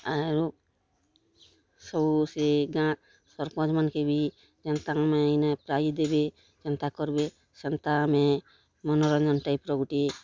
ଆରୁ ସବୁ ସେ ଗାଁ ସର୍ପଞ୍ଚମାନ୍କେ ବି ଯେନ୍ତା ଆମେ ଇନେ ପ୍ରାଇଜ୍ ଦେବେ ଯେନ୍ତା କର୍ବେ ସେନ୍ତା ଆମେ ମନୋରଞ୍ଜନ୍ ଟାଇପ୍ର ଗୋଟିଏ